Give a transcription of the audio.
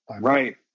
Right